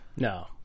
No